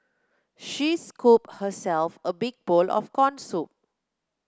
she scooped herself a big bowl of corn soup